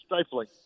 stifling